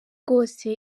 rwose